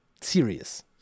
serious